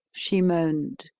she moaned,